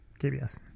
KBS